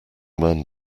man